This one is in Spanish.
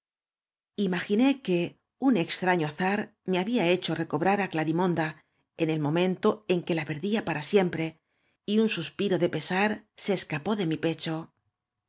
imaginé que un extraño azar me había hecho recobrar á clarímonda eu el momento en que la perdía para siempre y un suspiro de pesar se escapó de mi pecho